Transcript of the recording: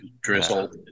drizzle